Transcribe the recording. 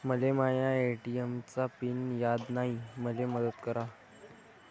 मले माया ए.टी.एम चा पिन याद नायी, मले मदत करा